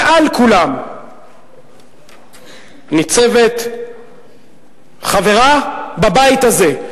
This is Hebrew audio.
מעל כולם ניצבת חברה בבית הזה,